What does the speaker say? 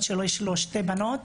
ויותר מ-32 כדורים קיבל בגוף